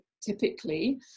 typically